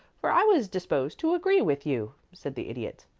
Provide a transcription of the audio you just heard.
for i was disposed to agree with you, said the idiot.